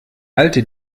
alte